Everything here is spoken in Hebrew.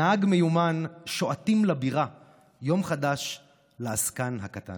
נהג מיומן / שועטים לבירה / יום חדש לעסקן הקטן.